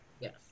Yes